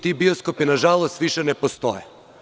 Ti bioskopi, nažalost, više ne postoje.